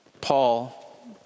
Paul